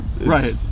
Right